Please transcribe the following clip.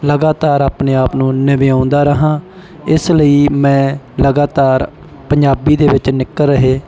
ਲਗਾਤਾਰ ਆਪਣੇ ਆਪ ਨੂੰ ਨਵਿਆਉਂਦਾ ਰਹਾਂ ਇਸ ਲਈ ਮੈਂ ਲਗਾਤਾਰ ਪੰਜਾਬੀ ਦੇ ਵਿੱਚ ਨਿਕਲ ਰਹੇ